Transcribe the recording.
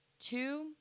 Two